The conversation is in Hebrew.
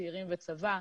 צעירים וצבא,